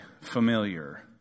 familiar